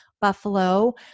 Buffalo